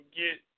get